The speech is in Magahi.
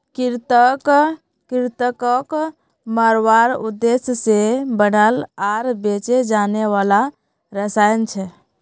कृंतक कृन्तकक मारवार उद्देश्य से बनाल आर बेचे जाने वाला रसायन छे